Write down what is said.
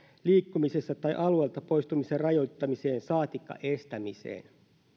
liikkumisensa tai alueelta poistumisen rajoittamiseen saatikka estämiseen